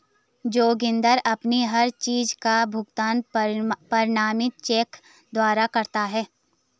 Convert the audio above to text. जोगिंदर अपनी हर चीज का भुगतान प्रमाणित चेक द्वारा करता है